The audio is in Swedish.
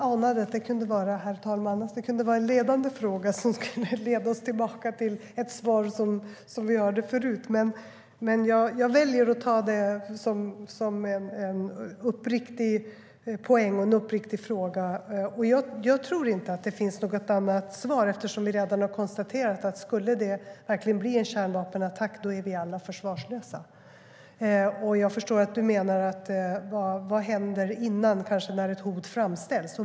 Herr talman! Jag anade att det kunde vara en ledande fråga som skulle leda oss tillbaka till ett svar som vi hörde förut. Men jag väljer att ta det som en uppriktig poäng och en uppriktig fråga. Jag tror inte att det finns något annat svar. Vi har redan konstaterat att om det skulle bli en kärnvapenattack är vi alla försvarslösa. Jag förstår att Allan Widman menar vad som händer innan dess, kanske när ett hot framställs.